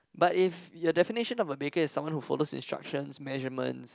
but if you definitely should not be baking someone who follows the instruction measurement